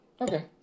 Okay